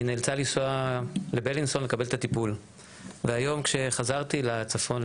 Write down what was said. היא נאלצה לנסוע לבלינסון לקבל את הטיפול והיום כשחזרתי לצפון,